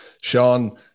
Sean